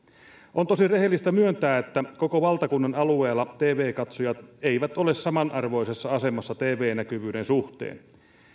on tosin rehellistä myöntää että koko valtakunnan alueella tv katsojat eivät ole samanarvoisessa asemassa tv näkyvyyden suhteen